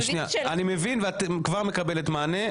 אני מבין ואת כבר מקבלת מענה.